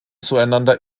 zueinander